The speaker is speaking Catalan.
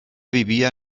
vivia